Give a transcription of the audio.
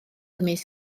ymysg